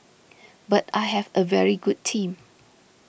but I have a very good team